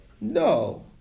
No